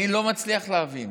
אני לא מצליח להבין